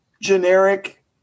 generic